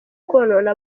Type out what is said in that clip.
konona